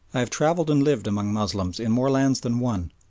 i have travelled and lived among moslems in more lands than one,